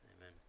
Amen